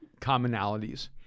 commonalities